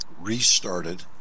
restarted